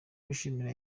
bishimira